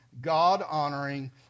God-honoring